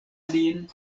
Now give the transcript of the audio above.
lin